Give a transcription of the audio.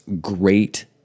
great